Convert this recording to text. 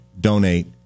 donate